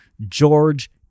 George